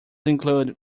include